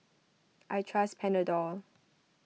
I trust Panadol